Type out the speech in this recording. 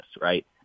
right